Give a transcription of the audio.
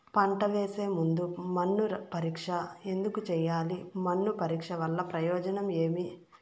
పంట వేసే ముందు మన్ను పరీక్ష ఎందుకు చేయాలి? మన్ను పరీక్ష వల్ల ప్రయోజనం ఏమి?